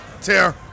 tear